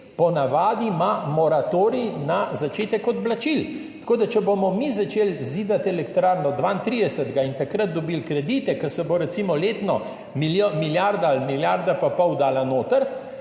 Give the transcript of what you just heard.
po navadi moratorij na začetek odplačil. Tako da če bomo mi začeli zidati elektrarno 2032 in takrat dobili kredite, ko se bo recimo letno milijarda ali milijarda pa pol dala noter,